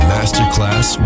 Masterclass